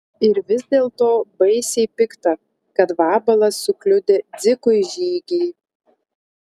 ir vis dėlto baisiai pikta kad vabalas sukliudė dzikui žygį